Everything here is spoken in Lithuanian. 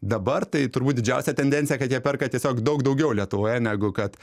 dabar tai turbūt didžiausia tendencija kad jie perka tiesiog daug daugiau lietuvoje negu kad